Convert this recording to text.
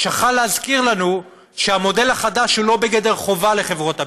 שכחה להזכיר לנו שהמודל החדש הוא לא בגדר חובה לחברות הביטוח,